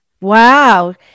Wow